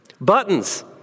Buttons